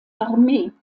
armee